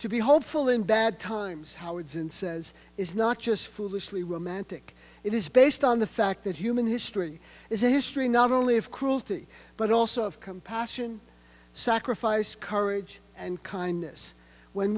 to be hopeful in bad times howard's and says is not just foolishly romantic it is based on the fact that human history is a history not only of cruelty but also of compassion sacrifice courage and kindness when